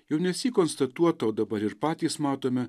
jau nesyk konstatuota o dabar ir patys matome